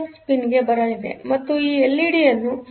X ಪಿನ್ಗೆ ಬರಲಿದೆ ಮತ್ತು ಎಲ್ಇಡಿ ಅನ್ನು 3